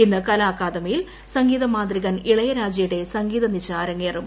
ഇന്ന് കലാ അക്കാദമിയിൽ സംഗീത മാന്ത്രികൻ ഇളയരാജയുടെ സംഗീതനിശ അരങ്ങേറും